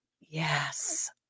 Yes